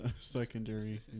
secondary